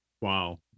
wow